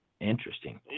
Interesting